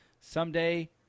Someday